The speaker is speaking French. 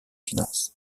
finances